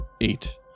Eight